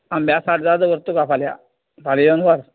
आंब्या साट जाय जाल्यार दोवरता तुका फाल्यां फाल्यां येवन व्हर